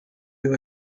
you